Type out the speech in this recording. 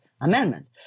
Amendment